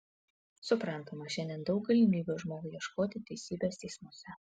suprantama šiandien daug galimybių žmogui ieškoti teisybės teismuose